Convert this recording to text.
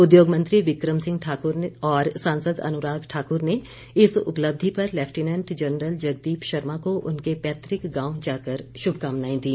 उद्योगमंत्री विक्रम सिंह ठाकुर और सांसद अनुराग ठाकुर ने इस उपलब्धि पर लैफ्टिनेंट जनरल जगदीप शर्मा को उनके पैतृक गांव जाकर शुभकामनाएं दी